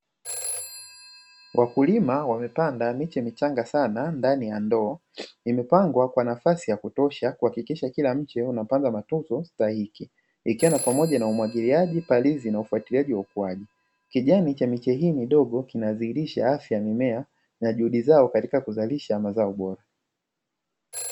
Wakulima wamepanda miche michanga sana ndani ya ndoo nimepangwa kwa nafasi ya kutosha kuhakikisha kila mche unapata matuzo sahihi ikiwa ni pamoja na umwagiliaji, palizi na ufuatiliaji wa ukuaji. Kijani cha miche hii midogo kinadhihirisha afya mimea na juhudi zao katika kuzalisha mazao bora.